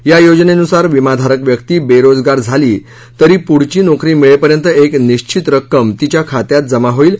या योजनेनुसार विमाधारक व्यक्ती बेरोजगार झाली तरी पुढची नोकरी मिळेपर्यंत एक निश्चित रक्कम तिच्या खात्यात जमा होईल